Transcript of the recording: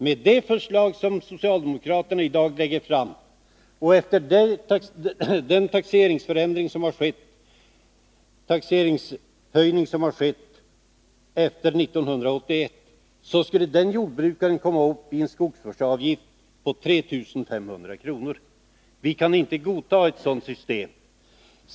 Med det förslag som socialdemokraterna i dag lägger fram och efter den taxeringshöjning som har skett efter 1981 skulle denna jordbrukares skogsvårdsavgift komma upp i ett belopp på 3 500 kr.! Vi kan inte godta ett sådant system.